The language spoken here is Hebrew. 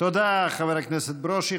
תודה לחבר הכנסת ברושי.